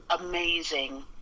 amazing